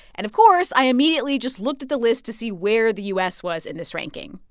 and, of course, i immediately just looked at the list to see where the u s. was in this ranking.